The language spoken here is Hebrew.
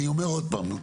אני אומר עוד פעם.